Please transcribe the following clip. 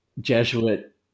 Jesuit